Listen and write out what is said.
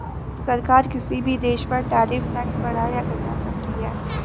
सरकार किसी भी देश पर टैरिफ टैक्स बढ़ा या घटा सकती है